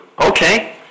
Okay